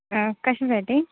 कशासाठी